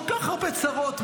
כל כך הרבה צרות,